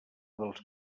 dels